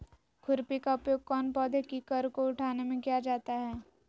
खुरपी का उपयोग कौन पौधे की कर को उठाने में किया जाता है?